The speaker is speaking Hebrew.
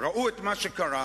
ראו מה קרה,